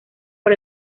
por